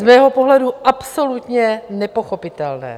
Z mého pohledu absolutně nepochopitelné.